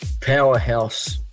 powerhouse